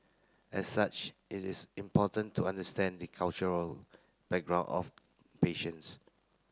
as such it is important to understand the cultural background of patients